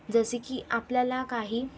जसं की आपल्याला काही